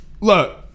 Look